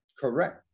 Correct